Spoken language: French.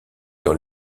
dans